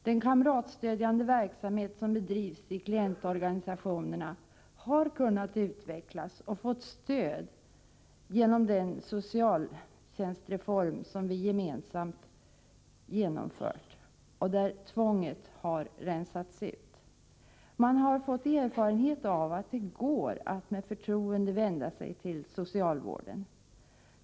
Den kamratstödjande verksamhet som bedrivs i klientorganisationerna har kunnat utvecklas och har fått stöd genom den socialtjänstreform som vi gemensamt genomfört och där tvånget har rensats bort. Man har fått erfarenhet av att det går att med förtroende vända sig till socialvården.